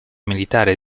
militare